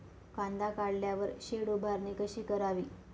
कांदा काढल्यावर शेड उभारणी कशी करावी?